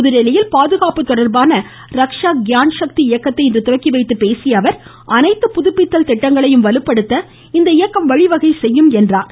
புதுதில்லியில் பாதுகாப்பு தொடர்பான ரக்ஷா க்யான் ஷக்தி இயக்கத்தை இன்று துவக்கி வைத்து பேசிய அவர் அனைத்து புதுப்பித்தல் திட்டங்களையும் வலுப்படுத்த இந்த இயக்கம் வழிவகை செய்யும் என்றார்